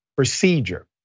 Procedure